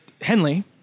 Henley